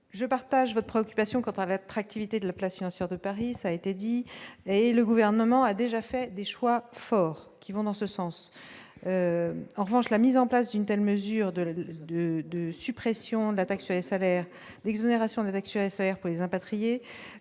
je partage votre préoccupation quant on avait attractivité de la place financière de Paris, ça a été dit et le gouvernement a déjà fait des choix forts qui vont dans ce sens, en revanche, la mise en place d'une telle mesure de, de, de suppression de la taxe sur les salaires, l'exonération des avec pour les impatriés